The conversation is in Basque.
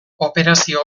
operazio